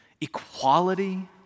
equality